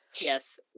Yes